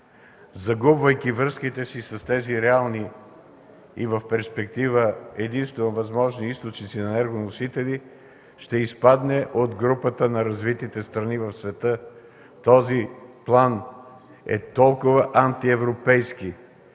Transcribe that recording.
загубвайки връзките си с тези реални и в перспектива единствено възможни източници – енергоносители, ще изпадне от групата на развитите страни в света. Този план е толкова антиевропейски,